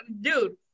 dude